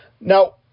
Now